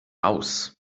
aus